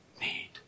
need